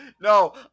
No